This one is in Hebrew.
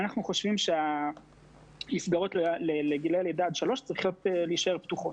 אנחנו חושבים שהמסגרות לגילי לידה עד שלוש צריכות להישאר פתוחות.